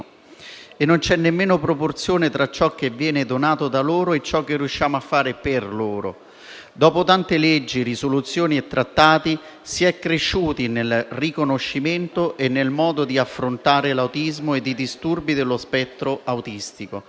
non c'è nemmeno proporzione tra ciò che viene donato da loro e ciò che riusciamo a fare per loro. Dopo tante leggi, risoluzioni e trattati si è cresciuti nel riconoscimento e nel modo di affrontare l'autismo e i disturbi dello spettro autistico.